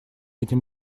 этим